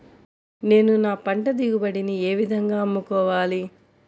నేను నా పంట దిగుబడిని ఏ విధంగా అమ్ముకోవాలి?